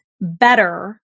better